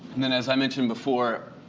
then, as i mentioned before,